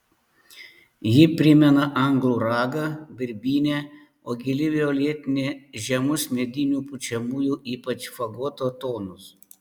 ji primena anglų ragą birbynę o gili violetinė žemus medinių pučiamųjų ypač fagoto tonus